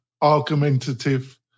argumentative